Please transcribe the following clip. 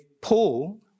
Paul